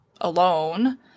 alone